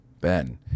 Ben